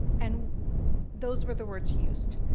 and those were the words used.